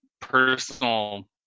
personal